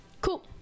Cool